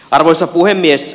arvoisa puhemies